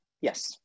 Yes